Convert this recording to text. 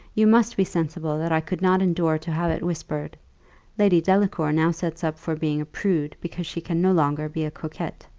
you must be sensible that i could not endure to have it whispered lady delacour now sets up for being a prude, because she can no longer be a coquette